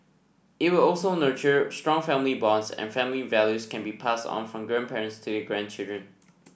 it will also nurture strong family bonds and family values can be pass on from grandparents to their grandchildren